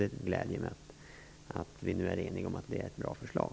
Det gläder mig att vi nu är eniga om att det är ett bra förslag.